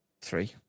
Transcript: Three